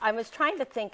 i was trying to think